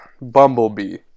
Bumblebee